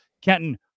Kenton